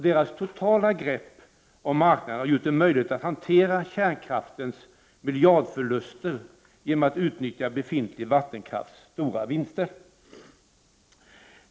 Deras totala grepp om marknaden har gjort det möjligt att hantera kärnkraftens miljardförluster, genom att utnyttja befintlig vattenkrafts stora vinster.